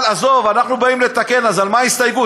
אבל עזוב, אנחנו באים לתקן, אז על מה ההסתייגות?